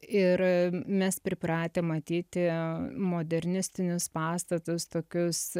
ir mes pripratę matyti modernistinius pastatus tokius